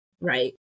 right